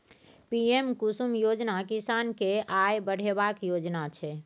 PM Kusum योजना किसान केर आय बढ़ेबाक योजना छै